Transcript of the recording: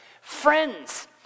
Friends